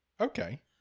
Okay